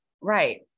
Right